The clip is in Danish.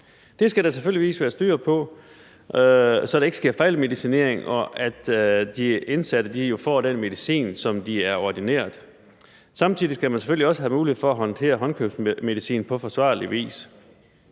Det skal der naturligvis være styr på, så der ikke sker fejlmedicinering. De indsatte skal have den medicin, som de er ordineret. Samtidig skal man selvfølgelig også have mulighed for at håndtere håndkøbsmedicin på forsvarlig vis.